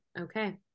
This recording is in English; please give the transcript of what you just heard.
Okay